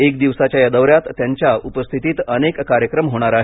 एक दिवसाच्या या दौऱ्यात त्यांच्या उपस्थितीत अनेक कार्यक्रम होणार आहेत